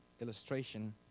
illustration